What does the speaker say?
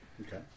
Okay